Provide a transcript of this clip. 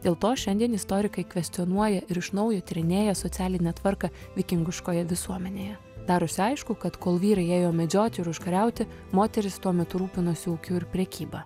dėl to šiandien istorikai kvestionuoja ir iš naujo tyrinėja socialinę tvarką vikingiškoje visuomenėje darosi aišku kad kol vyrai ėjo medžioti ir užkariauti moteris tuo metu rūpinosi ūkiu ir prekyba